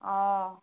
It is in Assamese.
অঁ